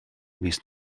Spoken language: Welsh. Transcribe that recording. mis